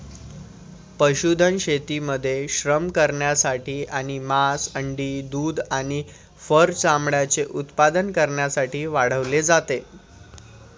पशुधन शेतीमध्ये श्रम करण्यासाठी आणि मांस, अंडी, दूध आणि फर चामड्याचे उत्पादन करण्यासाठी वाढवले जाते